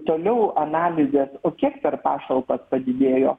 toliau analizės o kiek per pašalpas padidėjo